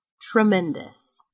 tremendous